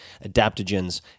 adaptogens